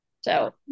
So-